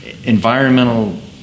environmental